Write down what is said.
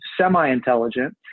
semi-intelligent